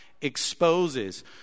exposes